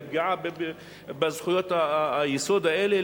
ופגיעה בזכויות היסוד האלה,